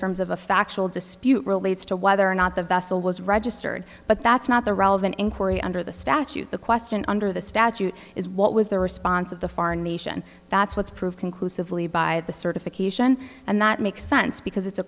terms of a factual dispute relates to whether or not the vessel was registered but that's not the relevant inquiry under the statute the question under the statute is what was the response of the foreign nation that's what's proved conclusively by the certification and that makes sense because it's a